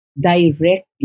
directly